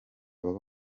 baba